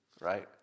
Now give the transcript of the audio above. right